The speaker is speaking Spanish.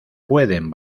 pueden